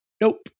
Nope